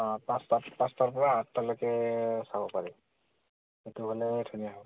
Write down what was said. অঁ পাঁচটাত পাঁচটাৰপৰা আঠটালৈকে চাব পাৰি সেইটো হ'লে ধুনীয়া হ'ব